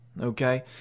okay